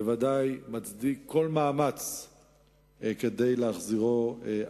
בוודאי מצדיק כל מאמץ כדי להחזירו ארצה.